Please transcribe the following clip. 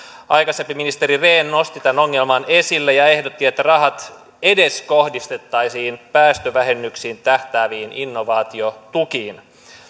aikaisempi ministeri rehn nosti tämän ongelman esille ja ehdotti että rahat kohdistettaisiin edes päästövähennyksiin tähtääviin innovaatiotukiin